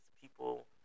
people